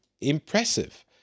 impressive